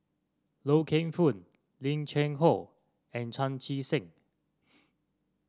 Loy Keng Foo Lim Cheng Hoe and Chan Chee Seng